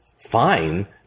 fine